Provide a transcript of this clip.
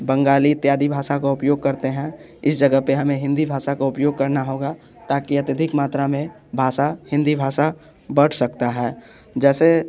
बंगाली इत्यादि भाषा का उपयोग करते हैं इस जगह पे हमें हिंदी भाषा का उपयोग करना होगा ताकि अत्यधिक मात्रा में भाषा हिंदी भाषा बढ़ सकता है जैसे